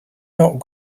not